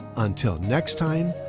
until next time,